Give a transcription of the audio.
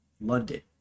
London